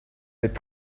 êtes